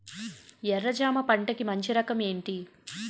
ఎర్ర జమ పంట కి మంచి రకం ఏంటి?